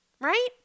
right